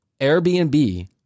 Airbnb